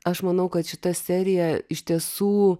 aš manau kad šita serija iš tiesų